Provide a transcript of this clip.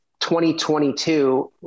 2022